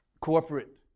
corporate